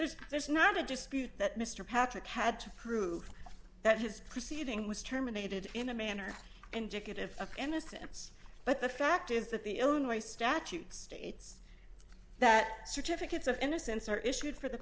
there's there's not a dispute that mr patrick had to prove that his proceeding was terminated in a manner and ticket of innocence but the fact is that the only statute states that certificates of innocence are issued for the